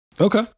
Okay